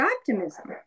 optimism